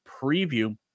preview